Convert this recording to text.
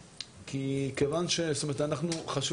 אני מזכיר שהכוח הזה של השיטור העירוני הוא כוח תוספתי.